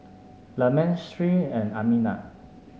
Leman Sri and Aminah